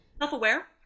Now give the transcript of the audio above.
self-aware